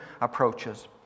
approaches